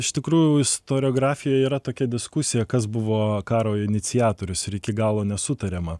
iš tikrųjų istoriografijoj yra tokia diskusija kas buvo karo iniciatorius ir iki galo nesutariama